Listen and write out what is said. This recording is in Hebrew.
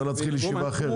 רומן,